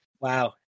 Wow